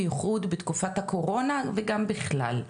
בייחוד בתקופת הקורונה וגם בכלל,